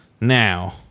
Now